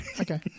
Okay